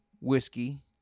whiskey